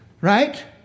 Right